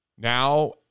Now